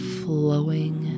flowing